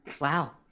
wow